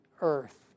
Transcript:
earth